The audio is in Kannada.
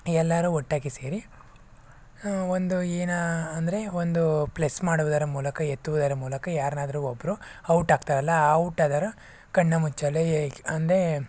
ಎಲ್ಲರೂ ಒಟ್ಟಾಗಿ ಸೇರಿ ಒಂದು ಏನು ಅಂದರೆ ಒಂದು ಪ್ಲಸ್ ಮಾಡುವುದರ ಮೂಲಕ ಎತ್ತುವುದರ ಮೂಲಕ ಯಾರನ್ನಾದ್ರು ಒಬ್ಬರು ಔಟಾಗ್ತಾರಲ್ಲ ಆ ಔಟಾದವರು ಕಣ್ಣಮುಚ್ಚಾಲೆ ಅಂದರೆ